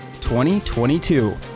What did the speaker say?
2022